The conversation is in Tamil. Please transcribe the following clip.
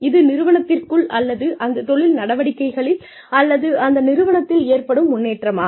இது நிறுவனத்திற்குள் அல்லது அந்த தொழில் நடவடிக்கைகளில் அல்லது அந்த நிறுவனத்தில் ஏற்படும் முன்னேற்றமா